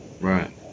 Right